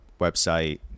website